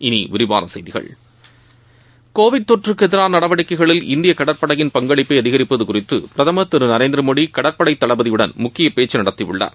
இனி விரிவான செய்திகள் கோவிட் தொற்றுக்கு எதிரான நடவடிக்கைகளில் இந்திய கடற்படையின் பங்களிப்பை அதிகரிப்பது குறித்து பிரதமர் திரு நரேந்திரமோடி கடற்படை தளபதியுடன் முக்கிய பேச்சு நடத்தியுள்ளார்